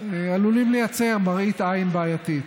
עלולים לייצר מראית עין בעייתית.